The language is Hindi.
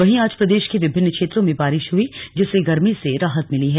वहीं आज प्रदेश के विभिन्न क्षेत्रों में बारिश हुई जिससे गर्मी से राहत मिली है